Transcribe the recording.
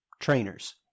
trainers